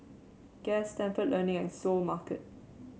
Guess Stalford Learning and Seoul Mart